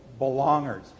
belongers